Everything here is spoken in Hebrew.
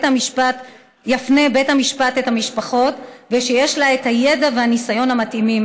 המשפט את המשפחות ושיש לה את הידע והניסיון המתאימים.